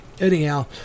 Anyhow